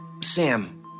Sam